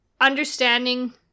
understanding